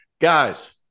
Guys